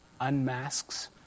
unmasks